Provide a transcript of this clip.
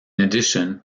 addition